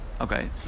Okay